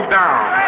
down